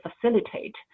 facilitate